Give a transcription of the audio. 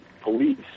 police